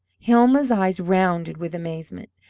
hilma's eyes rounded with amazement.